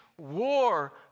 war